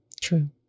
True